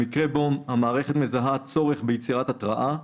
במקרה שבו המערכת מזהה צורך ביצירת התרעה,